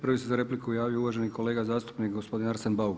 Prvi se za repliku javio uvaženi kolega zastupnik gospodin Arsen Bauk.